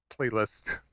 playlist